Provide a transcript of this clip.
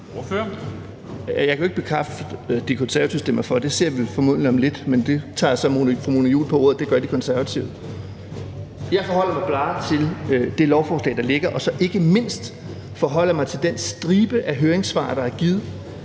(V): Ja, jeg kan jo ikke bekræfte, at De Konservative stemmer for. Det ser vi formentlig om lidt, men der tager jeg så fru Mona Juuls ord for pålydende: Det gør De Konservative. Jeg forholder mig bare til det lovforslag, der ligger, og så forholder jeg mig ikke mindst til den stribe af høringssvar, der er givet